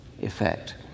effect